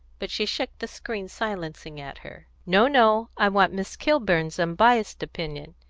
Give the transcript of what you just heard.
but she shook the screen silencingly at her. no, no! i want miss kilburn's unbiassed opinion.